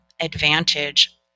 advantage